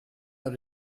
are